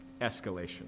escalation